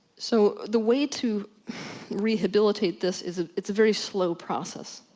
so, the way to rehabilitate this, is. it's a very slow process,